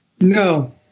No